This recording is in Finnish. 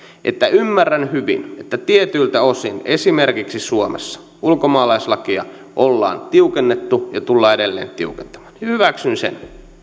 että ymmärrän hyvin että tietyiltä osin esimerkiksi suomessa ulkomaalaislakia ollaan tiukennettu ja tullaan edelleen tiukentamaan hyväksyn sen